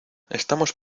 estamos